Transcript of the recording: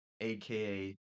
AKA